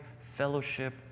fellowship